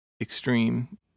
extreme